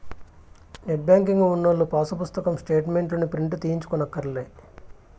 net banking ఉన్నోల్లు పాసు పుస్తకం స్టేటు మెంట్లుని ప్రింటు తీయించుకోనక్కర్లే